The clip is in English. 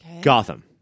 Gotham